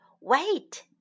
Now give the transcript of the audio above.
Wait